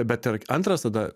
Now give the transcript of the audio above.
bet ir antras tada